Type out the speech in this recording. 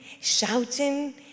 shouting